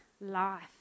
life